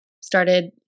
started